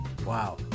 Wow